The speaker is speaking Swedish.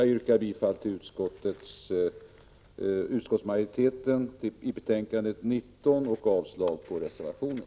Jag yrkar härmed bifall till utskottets hemställan i betänkande 19 och avslag på reservationen.